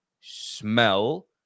smell